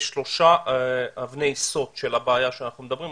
יש שלוש אבני יסוד של הבעיה שאנחנו מדברים עליה,